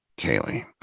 Kaylee